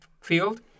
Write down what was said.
field